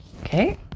Okay